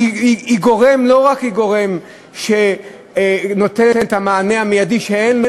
והיא לא רק גורם שנותן את המענה המיידי שאינו,